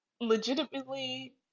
legitimately